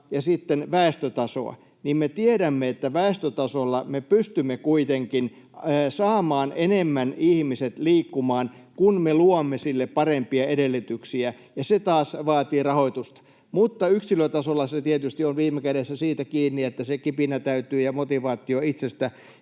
ja sitten väestötasoa, niin me tiedämme, että väestötasolla me pystymme kuitenkin saamaan enemmän ihmiset liikkumaan, kun me luomme sille parempia edellytyksiä, ja se taas vaatii rahoitusta, mutta yksilötasolla se tietysti on viime kädessä kiinni siitä, että täytyy se kipinä ja motivaatio itsestä